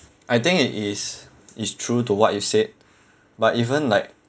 I think it is it's true to what you've said but even like